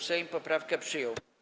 Sejm poprawkę przyjął.